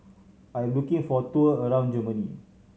I am looking for a tour around Germany